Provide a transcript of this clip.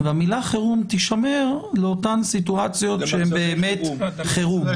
והמילה חירום תישמר לאותם מצבים שהם באמת חירום,